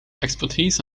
expertise